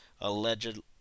alleged